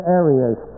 areas